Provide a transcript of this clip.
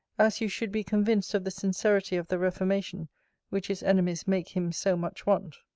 as you should be convinced of the sincerity of the reformation which his enemies make him so much want.